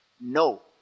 No